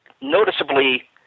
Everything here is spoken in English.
Noticeably